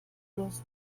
plus